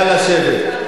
נא לשבת.